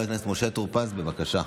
חבר הכנסת משה טור פז, בבקשה.